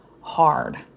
hard